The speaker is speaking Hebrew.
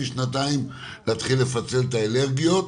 ומשנתיים להתחיל לפצל את האלרגיות?